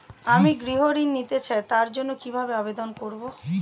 আমি গৃহ ঋণ নিতে চাই তার জন্য কিভাবে আবেদন করব?